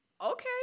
Okay